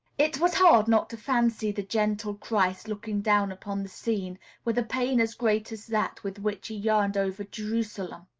it was hard not to fancy the gentle christ looking down upon the scene with a pain as great as that with which he yearned over jerusalem.